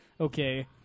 Okay